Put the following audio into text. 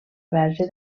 verge